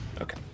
Okay